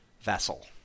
Vessel